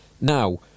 Now